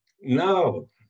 No